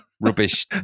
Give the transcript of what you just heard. rubbish